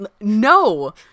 No